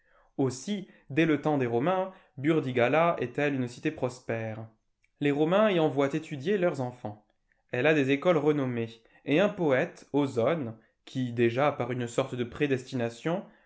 aussi dès le temps des romains burdigala est-elle une cité prospère les romains y envoient étudier leurs enfants elle a des écoles renommées et un poète ausone qui déjà par une sorte de prédestination